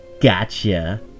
Gotcha